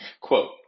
Quote